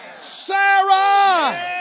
Sarah